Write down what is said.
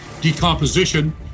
decomposition